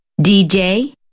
DJ